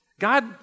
God